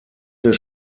des